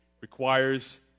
requires